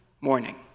morning